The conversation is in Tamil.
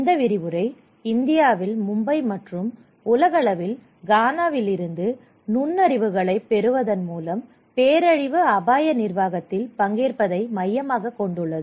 இந்த விரிவுரை இந்தியாவில் மும்பை மற்றும் உலகளவில் கானாவில் இருந்து நுண்ணறிவுகளை பெறுவதன் மூலம் பேரழிவு அபாய நிர்வாகத்தில் பங்கேற்பதை மையமாகக் கொண்டுள்ளது